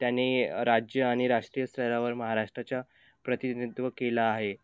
त्याने राज्य आणि राष्ट्रीय स्तरावर महाराष्ट्राचा प्रतिनिधित्व केला आहे